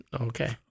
okay